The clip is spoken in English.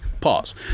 Pause